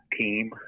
team